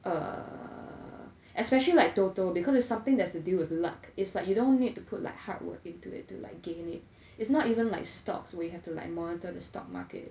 err especially like Toto because it's something that's to deal with luck is like you don't need to put like hard work into it to like gain it it's not even like stocks we have to monitor the stock market